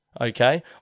Okay